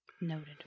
Noted